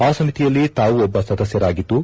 ಆ ಸಮಿತಿಯಲ್ಲಿ ತಾವು ಒಬ್ಬ ಸದಸ್ತರಾಗಿದ್ದು